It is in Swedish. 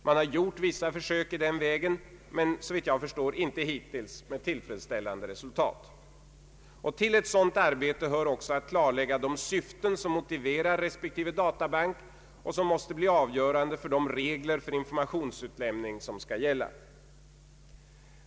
Man har gjort vissa försök i den vägen, men såvitt jag förstår inte hittills med tillfredsställande resultat. Till ett sådant arbete hör också att klarlägga de syften som motiverar respektive databank och vilka måste bli avgörande för de regler för informationsutlämning som skall gälla.